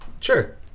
sure